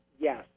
Yes